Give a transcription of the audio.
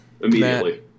immediately